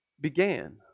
began